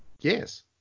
yes